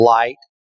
light